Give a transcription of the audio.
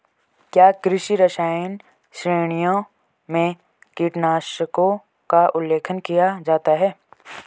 क्या कृषि रसायन श्रेणियों में कीटनाशकों का उल्लेख किया जाता है?